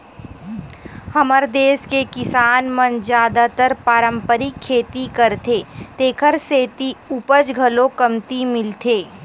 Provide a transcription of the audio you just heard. हमर देस के किसान मन जादातर पारंपरिक खेती करथे तेखर सेती उपज घलो कमती मिलथे